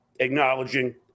Acknowledging